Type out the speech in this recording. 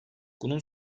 bunun